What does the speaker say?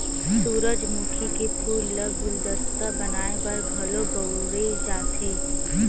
सूरजमुखी के फूल ल गुलदस्ता बनाय बर घलो बउरे जाथे